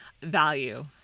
value